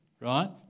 Right